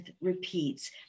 repeats